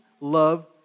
love